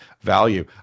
value